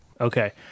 okay